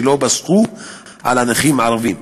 שלא פסחו על הנכים הערבים.